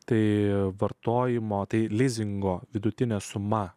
tai vartojimo tai lizingo vidutinė suma